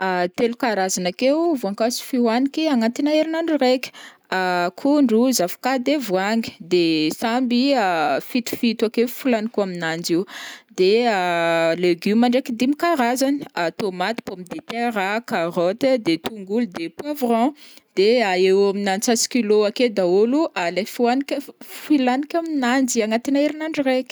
telo karazagna akeo voankazo fihoaniky agnatin'ny herin'andro raiky, akondro, zavoka de voangy, de samby fito fito akeo folaniko aminanjy io, de légumes ndraiky dimy karazany, tomate, pommes de terre a, carottes, de tongolo, de poivron, de eo ho eo amin'ny antsasa-kilô akeo daholo leha fihoaniko- folaniko aminanjy agnatin'ny herin'andro raiky.